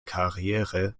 karriere